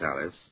Alice